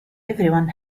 everyone